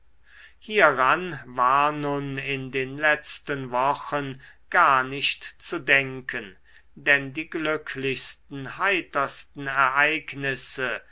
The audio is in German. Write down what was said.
hieran war nun in den letzten wochen gar nicht zu denken denn die glücklichsten heitersten ereignisse